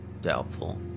doubtful